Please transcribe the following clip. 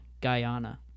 Guyana